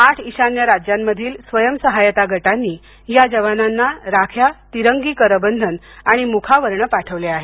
आठ ईशान्य राज्यांमधील स्वयं सहाय्यता गटांनी या जवानांना राख्या तिरंगी करबंधन आणि मुखावरणं पाठवल्या आहेत